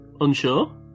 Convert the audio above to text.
Unsure